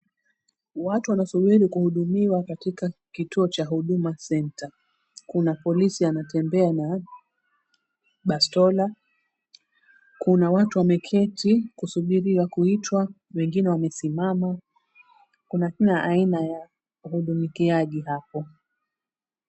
Watu wanasubiri kuhudumiwa katika kituo cha Huduma Center. Kuna polisi anatembea na bastola. Kuna watu wameketi kusubiria kuitwa wengine wamesimama. Kuna kila aina ya hudumikiaji hapo.